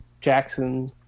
Jackson